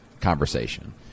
conversation